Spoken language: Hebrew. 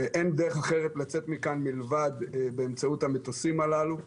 ואין דרך אחרת לצאת מכאן מלבד באמצעות המטוסים הללו,